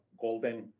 golden